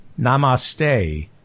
Namaste